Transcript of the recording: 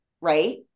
right